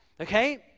Okay